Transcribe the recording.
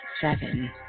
seven